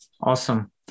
awesome